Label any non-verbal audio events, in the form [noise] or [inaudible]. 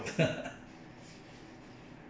[laughs]